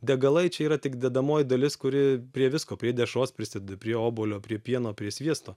degalai čia yra tik dedamoji dalis kuri prie visko prie dešros prisideda prie obuolio prie pieno prie sviesto